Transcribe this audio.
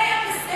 זה היה בסדר.